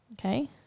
Okay